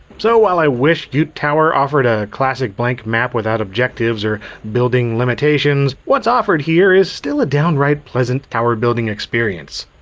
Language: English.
so while i wish yoot tower offered a classic blank map without objectives or building limitations, what's offered here is still a downright pleasant tower-building experience.